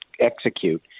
execute